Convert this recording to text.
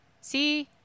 See